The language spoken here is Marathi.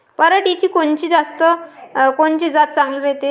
पऱ्हाटीची कोनची जात चांगली रायते?